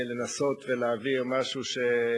הכנסת ולחוק הבחירות לכנסת),